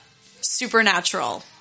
Supernatural